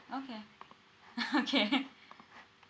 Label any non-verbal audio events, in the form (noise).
okay (laughs) okay